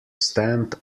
stamped